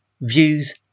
views